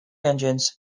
engines